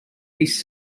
peace